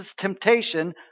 temptation